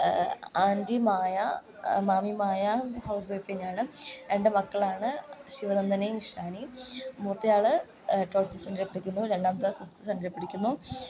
anti Maya മാമി Maya housewife തന്നെയാണ് രണ്ടു മക്കളാണ് ശിവ നന്ദനയും ഇഷാനിയും മൂത്ത ആൾ റ്റുവൽത് സ്റ്റാന്റാർഡിൽ പഠിക്കുന്നു രണ്ടാമത്തെ ആൾ സിക്സ്ത് സ്റ്റാൻഡേർഡിൽ പഠിക്കുന്നു